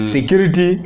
Security